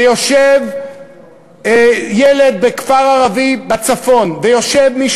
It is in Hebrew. ויושב ילד בכפר ערבי בצפון ויושב מישהו